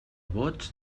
vots